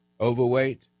overweight